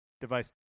device